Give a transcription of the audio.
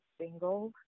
single